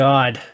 God